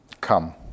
come